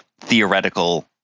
theoretical